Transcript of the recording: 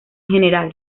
general